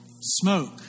smoke